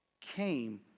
came